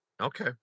Okay